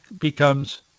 becomes